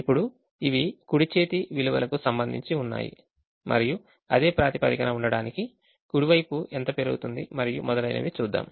ఇప్పుడు ఇవి కుడి చేతి విలువలకు సంబంధించి ఉన్నాయి మరియు అదే ప్రాతిపదికన ఉండటానికి కుడి వైపు ఎంత పెరుగుతుంది మరియు మొదలైనవి చూద్దాము